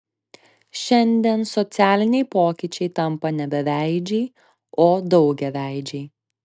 šiandien socialiniai pokyčiai tampa ne beveidžiai o daugiaveidžiai